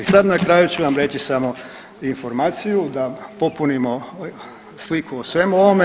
Sad na kraju ću vam reći samo informaciju da popunimo sliku o svemu ovome.